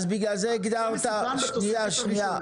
רגע, שנייה.